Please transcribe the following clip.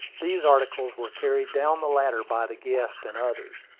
these articles were carried down the ladder by the guests and others.